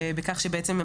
בכך שבעצם,